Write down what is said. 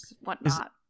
whatnot